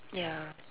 ya